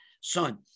Son